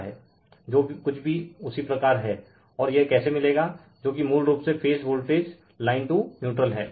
जो कुछ भी उसी प्रकार हैं रिफर टाइम 1043 और यह कैसे मिलेगा जो कि मूल रूप से phase voltage line to neutral हैं